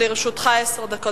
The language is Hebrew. לרשותך עשר דקות.